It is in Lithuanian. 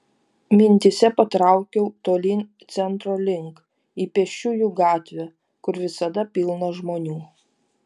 mintyse patraukiau tolyn centro link į pėsčiųjų gatvę kur visada pilna žmonių